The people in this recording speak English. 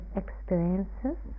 experiences